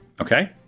Okay